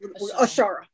Ashara